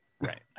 right